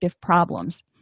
problems